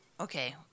Okay